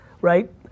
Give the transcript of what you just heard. right